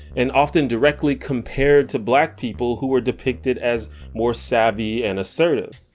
and often directly compared to black people who are depicted as more savvy and assertive.